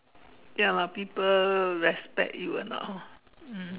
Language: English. ya lah people respect you or not hor mm